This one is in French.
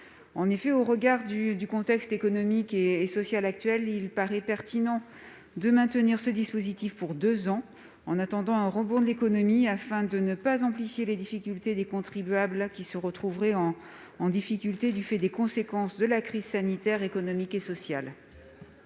2017. Au regard du contexte économique et social actuel, il paraît pertinent de maintenir ce dispositif pour deux ans, en attendant un rebond de l'économie, afin de ne pas amplifier les difficultés des contribuables, qui font actuellement les frais de la crise sanitaire, économique et sociale.